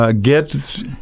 Get